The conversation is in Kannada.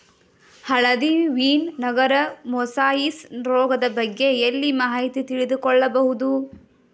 ಹಳದಿ ವೀನ್ ನರದ ಮೊಸಾಯಿಸ್ ರೋಗದ ಬಗ್ಗೆ ಎಲ್ಲಿ ಮಾಹಿತಿ ತಿಳಿದು ಕೊಳ್ಳಬಹುದು?